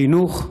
חינוך,